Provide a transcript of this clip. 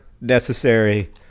necessary